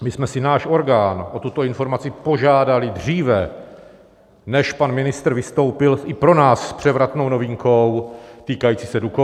My jsme si náš orgán o tuto informaci požádali dříve, než pan ministr vystoupil, i pro nás s převratnou novinkou týkající se Dukovan.